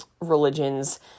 religions